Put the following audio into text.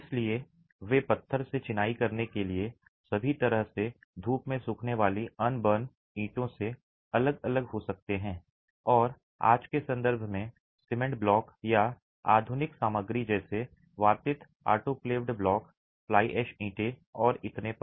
इसलिए वे पत्थर से चिनाई करने के लिए सभी तरह से धूप में सूखने वाली अनबर्न ईंटों से अलग अलग हो सकते हैं और आज के संदर्भ में सीमेंट ब्लॉक या आधुनिक सामग्री जैसे वातित ऑटोक्लेव्ड ब्लॉक फ्लाई ऐश ईंट और इतने पर